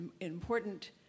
important